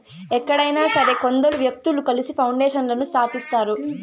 ఎక్కడైనా సరే కొందరు వ్యక్తులు కలిసి పౌండేషన్లను స్థాపిస్తారు